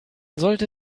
sollte